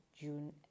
June